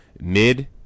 mid